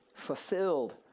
Fulfilled